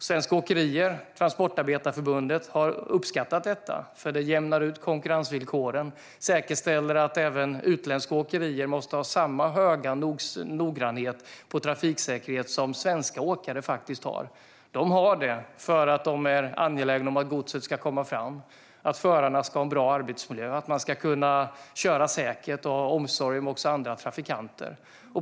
Svenska åkerier och Transportarbetareförbundet har uppskattat detta eftersom det jämnar ut konkurrensvillkoren och säkerställer att även utländska åkerier måste ha samma höga noggrannhet på trafiksäkerhet som svenska åkare faktiskt har. De har det därför att de är angelägna om att godset ska komma fram, att förarna ska ha en bra arbetsmiljö och att de kan köra säkert och visa omsorg också om andra trafikanter.